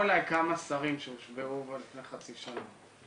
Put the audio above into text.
אליי כמה שרים שהושבעו לפני חצי שנה,